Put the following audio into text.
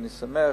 ואני שמח.